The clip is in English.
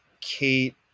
Kate